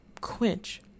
quench